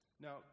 Now